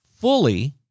fully